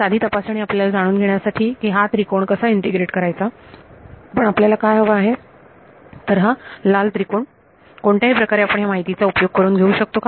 साधी तपासणी आपल्याला जाणून घेण्यासाठी की हा त्रिकोण कसा इंटिग्रेट करायचा पण आपल्याला काय हवं आहे तर हा लाल त्रिकोण कोणत्याही प्रकारे आपण ह्या माहितीचा उपयोग करून घेऊ शकतो का